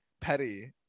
Petty